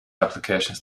applications